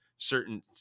Certain